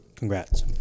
Congrats